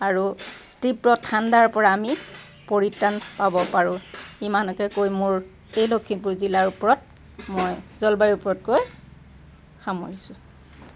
আৰু তীব্ৰ ঠাণ্ডাৰ পৰা আমি পৰিত্ৰাণ পাব পাৰোঁ ইমানকে কৈ মোৰ এই লখিমপুৰ জিলাৰ ওপৰত মই জলবায়ুৰ ওপৰত কৈ সামৰিছোঁ